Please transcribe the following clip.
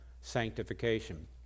sanctification